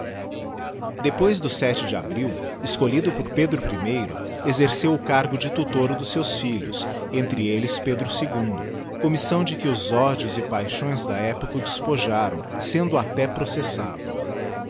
depois do sete de abril escolhido por pedro i exerceu o cargo de tutor dos seus filhos entre elles pedro ii commissâo de que os od f ptixões da época o despojaram sendo até processado